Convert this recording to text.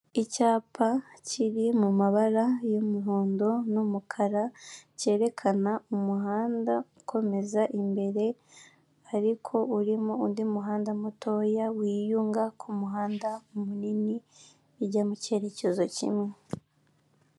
Icyapa kiri mu mabara y'umuhondo n'umukara cyerekana umuhanda ukomeza imbere, ariko urimo undi umuhanda mutoya wiyunga ku muhanda munini bijya mucyerekezo kimwe.